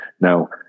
Now